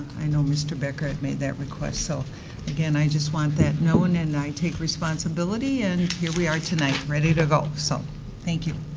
i know mr. becker made that request. so again, i just want that known and i take responsibility and here we are tonight ready to go. so thank you.